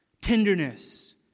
tenderness